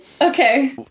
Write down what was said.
Okay